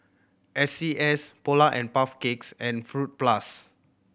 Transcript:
S C S Polar and Puff Cakes and Fruit Plus